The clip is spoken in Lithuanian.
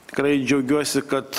tikrai džiaugiuosi kad